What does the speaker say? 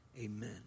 Amen